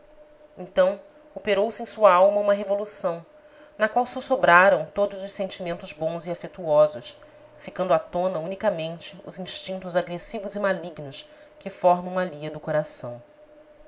então operou se em sua alma uma revolução na qual soçobraram todos os sentimentos bons e afetuosos ficando à tona unicamente os instintos agressivos e malignos que formam a lia do coração